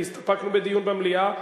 כי הסתפקנו בדיון במליאה.